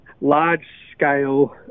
large-scale